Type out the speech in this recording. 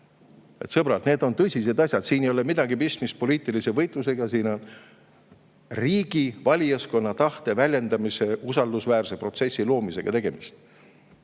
sõbrad, need on tõsised asjad. Siin ei ole midagi pistmist poliitilise võitlusega, siin on tegemist riigi valijaskonna tahte väljendamise, usaldusväärse protsessi loomisega.